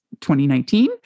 2019